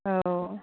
औ